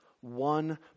One